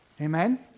Amen